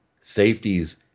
safeties